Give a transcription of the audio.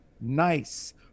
nice